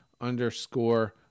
underscore